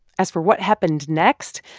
as for what happened next,